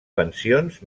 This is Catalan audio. pensions